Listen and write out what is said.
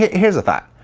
here's a thought,